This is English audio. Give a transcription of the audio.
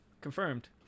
Confirmed